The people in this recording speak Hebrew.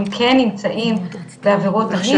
הם כן נמצאים בעבירות המין,